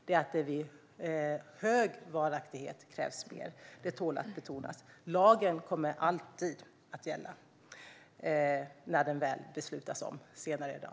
Det är vid hög varaktighet som det krävs mer. Detta tål att betonas. Lagen kommer alltid att gälla när den väl blir beslutad senare i dag.